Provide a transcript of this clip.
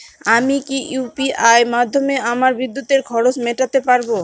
আমি কি ইউ.পি.আই মাধ্যমে আমার বিদ্যুতের খরচা মেটাতে পারব?